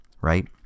right